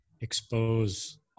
expose